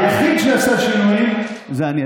היחיד שעשה שינויים זה אני.